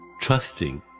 trusting